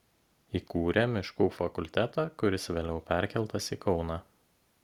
įkūrė miškų fakultetą kuris vėliau perkeltas į kauną